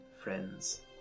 friends